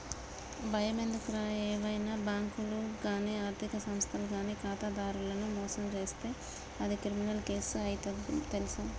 బయమెందుకురా ఏవైనా బాంకులు గానీ ఆర్థిక సంస్థలు గానీ ఖాతాదారులను మోసం జేస్తే అది క్రిమినల్ కేసు అయితది తెల్సా